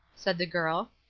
said the girl.